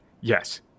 yes